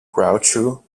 groucho